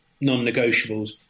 non-negotiables